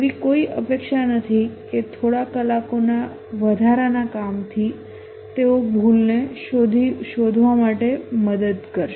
એવી કોઈ અપેક્ષા નથી કે થોડા કલાકોના વધારાના કામથી તેઓ ભૂલને શોધવા માટે મદદ કરશે